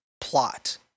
plot